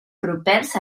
propers